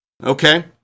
okay